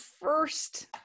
first